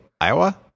Iowa